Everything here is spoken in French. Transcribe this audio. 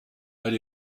elle